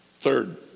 Third